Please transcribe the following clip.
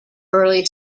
early